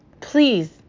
please